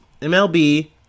MLB